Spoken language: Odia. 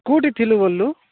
କୋଉଠିଥିଲୁ ବୋଲିଲୁ